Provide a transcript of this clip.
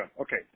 okay